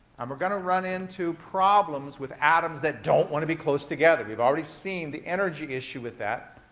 and we're going to run into problems with atoms that don't want to be close together. we've already seen the energy issue with that.